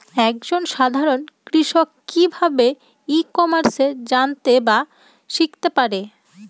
এক জন সাধারন কৃষক কি ভাবে ই কমার্সে জানতে বা শিক্ষতে পারে?